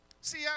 See